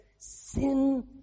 sin